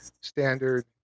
standard